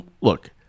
look